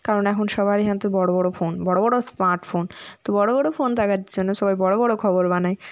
কারণ এখন সবারই হাতে বড় বড় ফোন বড় বড় স্মার্ট ফোন তো বড় বড় ফোন থাকার জন্য সবাই বড় বড় খবর বানায়